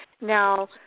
Now